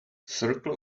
circle